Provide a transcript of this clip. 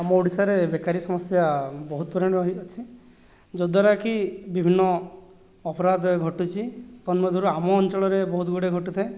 ଆମ ଓଡ଼ିଶାରେ ବେକାରି ସମସ୍ୟା ବହୁତ ପରିମାଣରେ ରହିଅଛି ଯଦ୍ୱାରାକି ବିଭିନ୍ନ ଅପରାଧ ଘଟୁଛି ତନ୍ମଧ୍ୟରୁ ଆମ ଅଞ୍ଚଳରେ ବହୁତ ଗୁଡ଼ିଏ ଘଟୁଥାଏ